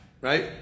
right